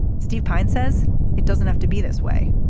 steve pine says it doesn't have to be this way.